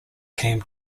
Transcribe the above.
came